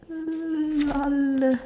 uh lol